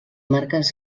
marques